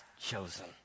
chosen